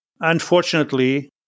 Unfortunately